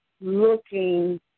looking